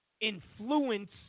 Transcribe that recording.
influence